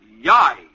Yai